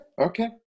Okay